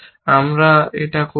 আমরা এটা করেছি